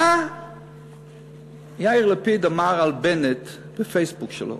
מה יאיר לפיד אמר על בנט בפייסבוק שלו?